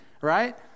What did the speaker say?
right